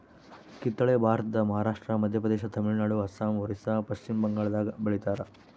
ಕಿತ್ತಳೆ ಭಾರತದ ಮಹಾರಾಷ್ಟ್ರ ಮಧ್ಯಪ್ರದೇಶ ತಮಿಳುನಾಡು ಅಸ್ಸಾಂ ಒರಿಸ್ಸಾ ಪಚ್ಚಿಮಬಂಗಾಳದಾಗ ಬೆಳಿತಾರ